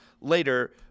later